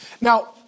Now